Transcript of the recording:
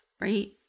right